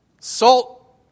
salt